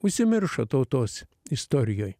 užsimiršo tautos istorijoj